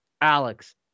Alex